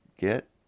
get